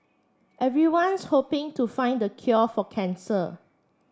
everyone's hoping to find the cure for cancer